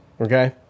okay